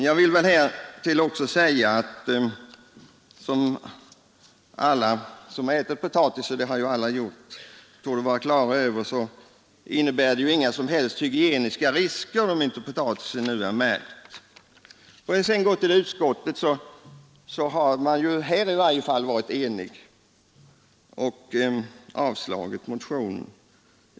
Jag vill härtill också säga att alla som ätit potatis — det har ju alla gjort — torde ha klart för sig att det inte innebär några hygieniska risker om Om jag sedan går till utskottet kan konstateras att man i varje fall här varit enig och avstyrkt motionen.